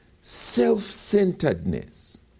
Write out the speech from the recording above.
self-centeredness